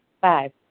Five